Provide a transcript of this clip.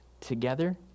together